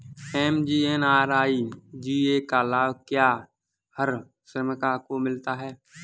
MGNREGA का लाभ क्या हर श्रमिक को मिलता है?